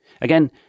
Again